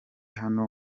hano